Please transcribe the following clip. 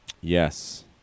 Yes